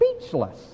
speechless